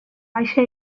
baixa